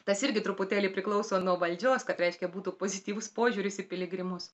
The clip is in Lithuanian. tas irgi truputėlį priklauso nuo valdžios kad reiškia būtų pozityvus požiūris į piligrimus